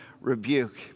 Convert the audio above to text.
rebuke